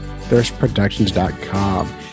ThirstProductions.com